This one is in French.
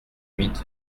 huit